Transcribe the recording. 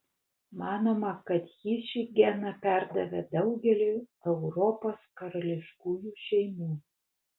manoma kad ji šį geną perdavė daugeliui europos karališkųjų šeimų